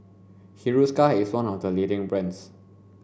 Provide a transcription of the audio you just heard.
Hiruscar is one of the leading brands